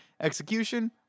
Execution